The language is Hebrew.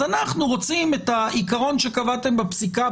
אז אנחנו רוצים את העיקרון שקבעתם בפסיקה,